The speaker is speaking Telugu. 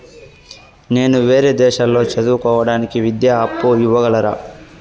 నేను వేరే దేశాల్లో చదువు కోవడానికి విద్యా అప్పు ఇవ్వగలరా?